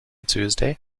tuesday